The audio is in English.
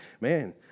Man